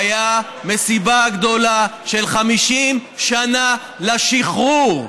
הייתה מסיבה גדולה של 50 שנה לשחרור.